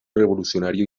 revolucionario